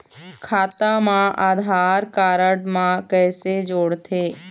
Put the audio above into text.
खाता मा आधार कारड मा कैसे जोड़थे?